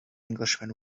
englishman